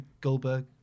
Goldberg